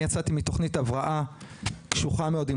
אני יצאתי מתכנית הבראה קשוחה מאוד עם